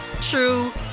true